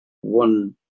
one